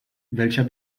welcher